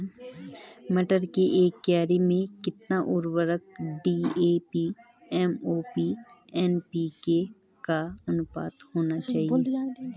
मटर की एक क्यारी में कितना उर्वरक डी.ए.पी एम.ओ.पी एन.पी.के का अनुपात होना चाहिए?